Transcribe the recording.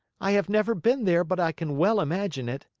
i have never been there, but i can well imagine it.